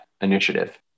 initiative